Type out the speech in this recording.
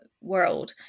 world